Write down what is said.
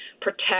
protect